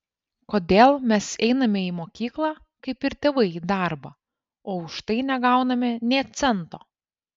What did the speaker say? kodėl mes einame į mokyklą kaip ir tėvai į darbą o už tai negauname nė cento